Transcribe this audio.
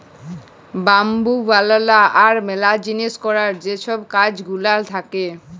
bamboo বালালো আর ম্যালা জিলিস ক্যরার যে ছব কাজ গুলান থ্যাকে